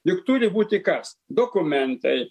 juk turi būti kas dokumentai